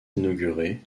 inauguré